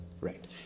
right